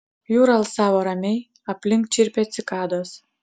jūra alsavo ramiai aplink čirpė cikados